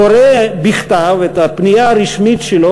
קורא מהכתב את הפנייה הרשמית שלו